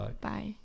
Bye